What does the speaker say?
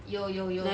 有有有